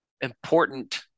important